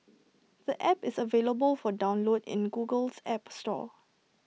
the app is available for download in Google's app store